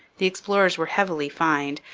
the explorers were heavily fined,